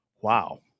Wow